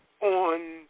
on